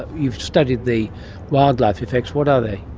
you've studied the wildlife effects. what are they?